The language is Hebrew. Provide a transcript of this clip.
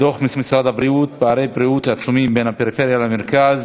דוח משרד הבריאות: פערי בריאות עצומים בין הפריפריה למרכז,